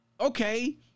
okay